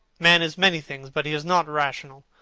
man is many things, but he is not rational.